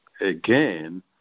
again